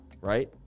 right